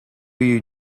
you